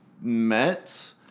met